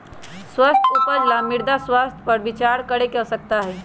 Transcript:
स्वस्थ उपज ला मृदा स्वास्थ्य पर विचार करे के आवश्यकता हई